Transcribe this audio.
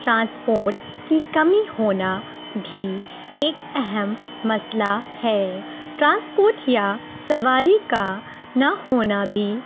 transport کی کمی ہونا بھی ایک اہم مسئلہ ہے ٹرانسپورٹ یا سواری کا نہ ہونا بھی